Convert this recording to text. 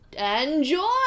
Enjoy